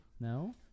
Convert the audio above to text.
No